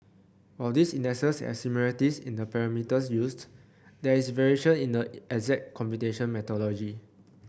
while these indexes have similarities in the parameters used there is variation in the exact computation methodology